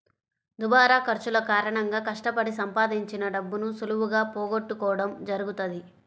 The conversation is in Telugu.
దుబారా ఖర్చుల కారణంగా కష్టపడి సంపాదించిన డబ్బును సులువుగా పోగొట్టుకోడం జరుగుతది